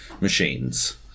machines